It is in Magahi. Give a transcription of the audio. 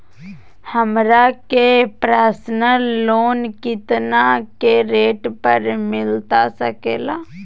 हमरा के पर्सनल लोन कितना के रेट पर मिलता सके ला?